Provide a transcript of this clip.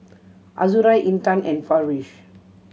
Azura Intan and Farish